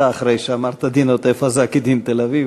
כשאמרת: דין עוטף-עזה כדין תל-אביב,